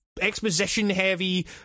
exposition-heavy